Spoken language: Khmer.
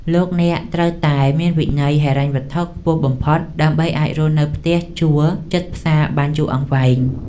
លោកអ្នកត្រូវតែមានវិន័យហិរញ្ញវត្ថុខ្ពស់បំផុត ដើម្បីអាចរស់នៅផ្ទះជួលជិតផ្សារបានយូរអង្វែង។